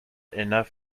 enough